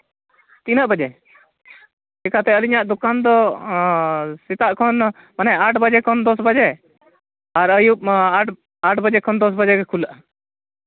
ᱛᱤᱱᱟᱹᱜ ᱵᱟᱡᱮ ᱟᱹᱞᱤᱧᱟᱜ ᱫᱚᱠᱟᱱ ᱫᱚ ᱥᱮᱛᱟᱜ ᱠᱷᱚᱱ ᱢᱟᱱᱮ ᱟᱴ ᱵᱟᱡᱮ ᱠᱷᱚᱱ ᱫᱚᱥ ᱵᱟᱡᱮ ᱟᱨ ᱟᱹᱭᱩᱵ ᱟᱴ ᱵᱟᱡᱮ ᱠᱷᱚᱱ ᱫᱚᱥ ᱵᱟᱡᱮ ᱜᱮ ᱠᱷᱩᱞᱟᱹᱜᱼᱟ